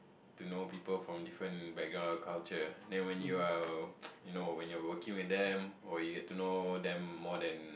to know people from different background or culture and then when you are you know when you're working with them or you get to know them more than